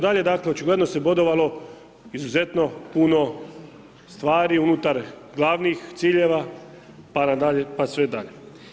Dakle, očigledno se bodovalo izuzetno puno stvari unutar glavnih ciljeva pa sve dalje.